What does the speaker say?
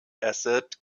acid